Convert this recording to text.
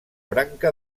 branca